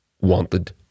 wanted